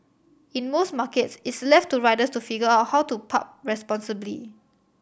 in most markets it's left to riders to figure out how to park responsibly